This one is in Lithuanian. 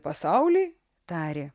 pasauliai tarė